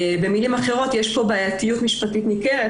במילים אחרות יש פה בעייתיות משפטית ניכרת,